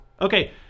Okay